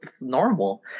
normal